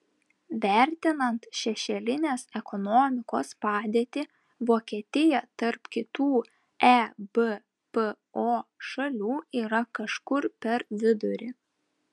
vertinant šešėlinės ekonomikos padėtį vokietija tarp kitų ebpo šalių yra kažkur per vidurį